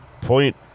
point